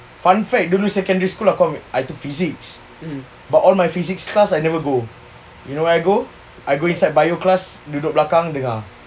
fun fact during secondary school I took physics but all my physics class I never go you know where I go I go inside bio class duduk belakang dengar